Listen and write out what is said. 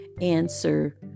answer